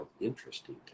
interesting